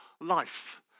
life